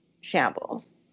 shambles